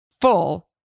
full